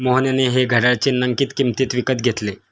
मोहनने हे घड्याळ चिन्हांकित किंमतीत विकत घेतले